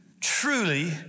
truly